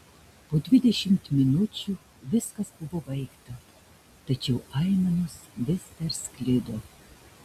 po dvidešimt minučių viskas buvo baigta tačiau aimanos vis dar sklido